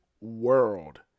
world